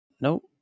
Nope